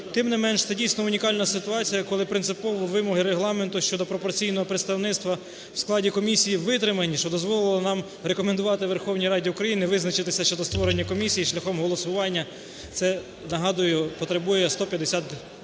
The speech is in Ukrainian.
Тим не менш, це, дійсно, унікальна ситуація, коли принципові вимоги Регламенту щодо пропорційного представництва в складі комісії витримані, що дозволило нам рекомендувати Верховній Раді України визначитися щодо створення комісії шляхом голосування. Це, нагадую, потребує 150… для